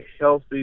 healthy